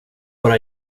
bara